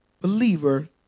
believer